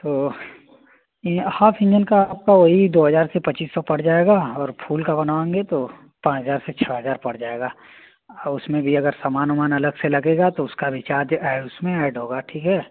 तो half engine का आपका वही दो हजार से पच्चीस सौ पड़ जाएगा और फुल का बनवाएँगे तो पाँच हजार से छः हजार पड़ जाएगा उसमें भी अगर समान ओमान अलग से लगेगा तो उसका भी चार्ज ऐ उसमें ऐड होगा ठीक है